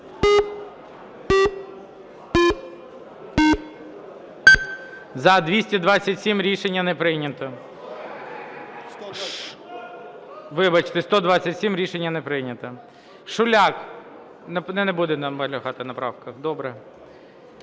227. Рішення не прийнято. Вибачте, 127. Рішення не прийнято. Шуляк не буде наполягати на правках, добре.